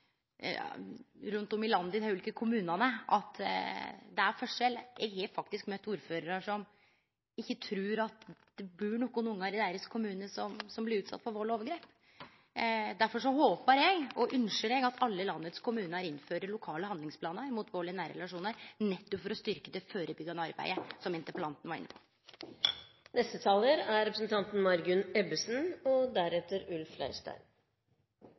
rundt om i landet, i dei ulike kommunane, er forskjell. Eg har faktisk møtt ordførarar som ikkje trur at det bur nokre barn i deira kommune som blir utsette for vald og overgrep. Derfor håpar eg – og ønskjer eg – at alle kommunar i landet innfører lokale handlingsplanar mot vald i nære relasjonar for nettopp å styrkje det førebyggjande arbeidet, som interpellanten var inne på. Takk til representanten Ropstad som tar opp denne viktige interpellasjonen, og til ministeren for svaret. Jeg er